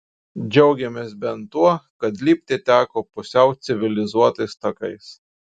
džiaugėmės bent tuo kad lipti teko pusiau civilizuotais takais